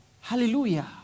hallelujah